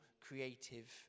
creative